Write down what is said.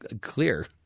clear